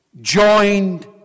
joined